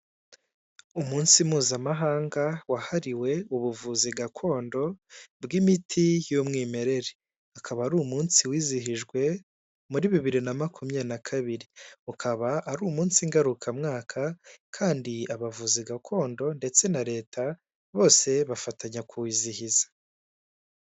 Umunsi mpuzamahanga wahariwe ubuvuzi gakondo bw'imiti y'umwimerere akaba ari umunsi wizihijwe muri bibiri na makumyabiri na kabiri ukaba ari umunsi ngarukamwaka kandi abavuzi gakondo ndetse na leta bose bafatanya kwiwizihiza.